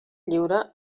lliure